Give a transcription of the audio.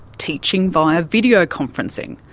teaching via video conferencing,